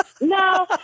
No